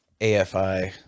AFI